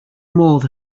modd